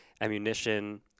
ammunition